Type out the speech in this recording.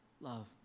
love